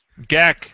Gak